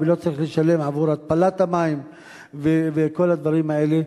לא צריך לשלם עבור התפלת המים וכל הדברים האלה.